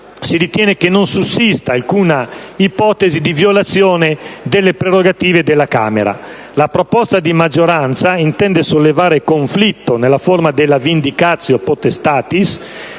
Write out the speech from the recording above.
si ritiene che non sussista alcuna ipotesi di violazione delle prerogative della Camera. La proposta di maggioranza intende sollevare conflitto - nella forma della *vindicatio potestatis*